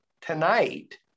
tonight